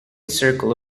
circle